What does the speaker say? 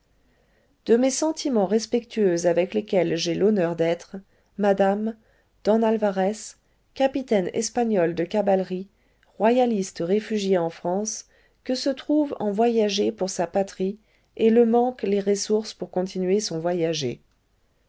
de mes sentiments respectueux avec lesquelles j'ai l'honneur d'être madame don alvarez capitaine espaol de caballerie royaliste refugié en france que se trouve en voyagé pour sa patrie et le manquent les réssources pour continuer son voyagé